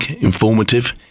informative